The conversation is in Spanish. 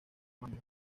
manga